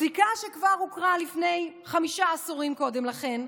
פסיקה שכבר הוכרה חמישה עשורים קודם לכן,